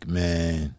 man